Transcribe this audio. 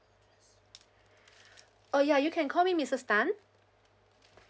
oh ya you can call me misses tan